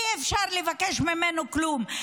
אי-אפשר לבקש ממנו כלום,